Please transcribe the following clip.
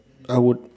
I would